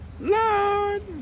Lord